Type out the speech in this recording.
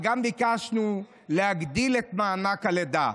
גם ביקשנו להגדיל את מענק הלידה.